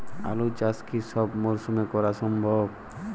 আলু চাষ কি সব মরশুমে করা সম্ভব?